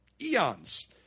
eons